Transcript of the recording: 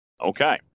Okay